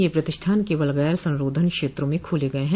ये प्रतिष्ठान केवल गैर संरोधन क्षेत्रों में खोले गये हैं